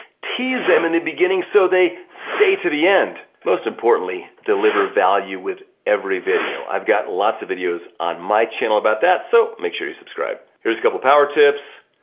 tease them in the beginning so they stay to the end. most importantly, deliver value with every video. i've got lots of videos on my channel about that so make sure you subscribe. here's a couple power tips.